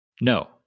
No